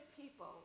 people